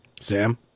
Sam